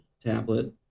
tablet